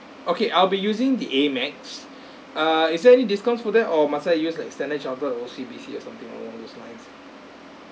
okay I'll be using the amex err is there any discounts for that or must I use like standard chartered or O_C_B_C or something along those lines